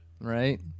Right